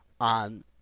on